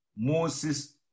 Moses